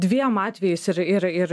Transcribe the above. dviem atvejais ir ir ir